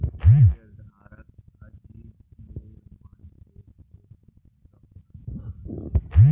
शेयरधारकक आजीवनेर मालिकेर रूपत दखाल जा छेक